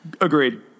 Agreed